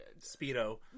Speedo